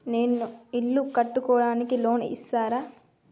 నేను ఇల్లు కట్టుకోనికి లోన్ ఇస్తరా?